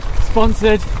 sponsored